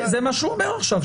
זה מה שהוא אומר עכשיו,